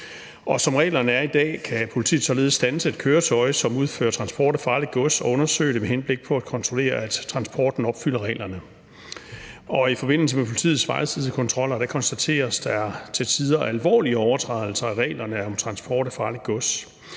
som reglerne er i dag, kan politiet således standse et køretøj, som udfører transport af farligt gods, og undersøge det med henblik på at kontrollere, at transporten opfylder reglerne. I forbindelse med politiets vejsidekontroller konstateres der til tider alvorlige overtrædelser af reglerne om transport af farligt gods,